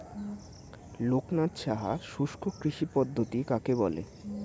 লোকনাথ সাহা শুষ্ককৃষি পদ্ধতি কাকে বলে?